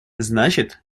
значит